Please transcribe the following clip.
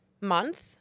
month